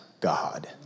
God